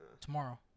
Tomorrow